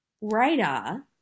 radar